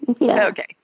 Okay